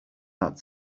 that